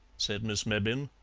said miss mebbin.